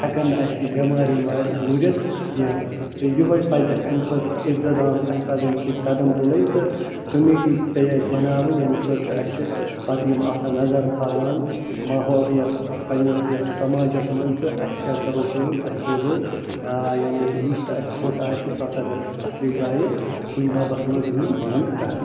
ہیٚکن نہٕ اَسہِ بیٚمارِ ویٚمارِ پوٗرِتھ کینٛہہ تہٕ یُہے پَزِ اَسہِ امہ خٲطرٕ اِقدام اسہِ پَزَن کینٛہہ قَدَم تُلٕن تہٕ کمیٖٹی پے اَسہِ بَناوٕنۍ ییمہ خٲطرٕ اَسہِ پَتہٕ یِم آسَن نَظَر تھاوان پَتہٕ یِم ماحول پَننِس یتھ سماجَس مَنٛز تہٕ اَسہِ کیاہ کَرو کٲم اَسہِ روزو یعنی یُس تہِ اَسہِ ژھۄٹھ آسہِ سُہ ہَسا گَژھِ اصلہِ جایہِ کُنہِ دۄبَس مَنٛز یُس بند کَرنہٕ